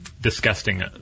disgusting